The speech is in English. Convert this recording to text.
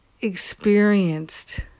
experienced